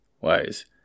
wise